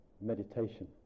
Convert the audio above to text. meditation